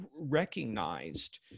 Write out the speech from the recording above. recognized